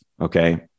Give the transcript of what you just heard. okay